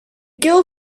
keel